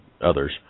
others